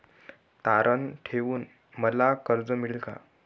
तारण ठेवून मला कर्ज मिळेल का?